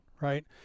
right